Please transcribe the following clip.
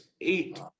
Eight